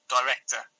director